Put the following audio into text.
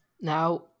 Now